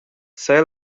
saya